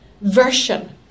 version